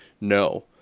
No